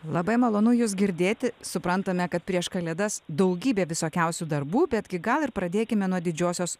labai malonu jus girdėti suprantame kad prieš kalėdas daugybė visokiausių darbų betgi gal ir pradėkime nuo didžiosios